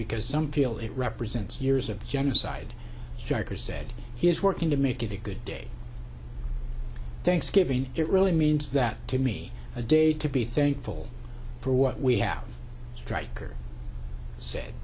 because some feel it represents years of genocide striker said he is working to make it a good day thanksgiving it really means that to me a day to be thankful for what we have strikers said